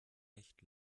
echt